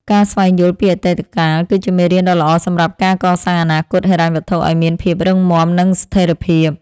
ការស្វែងយល់ពីអតីតកាល គឺជាមេរៀនដ៏ល្អសម្រាប់ការកសាងអនាគតហិរញ្ញវត្ថុឱ្យមានភាពរឹងមាំនិងស្ថិរភាព។